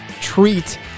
treat